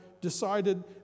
decided